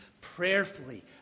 prayerfully